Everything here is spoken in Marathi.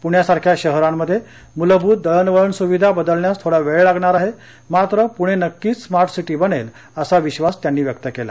पुण्यासारख्या शहरांमध्ये मूलभूत दळणवळण सुविधा बदलण्यास थोडा वेळ लागणार आहे मात्र पुणे नक्कीच स्मा सि ी बनेल असा विश्वास त्यांनी व्यक्त केला